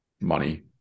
money